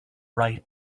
right